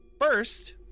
First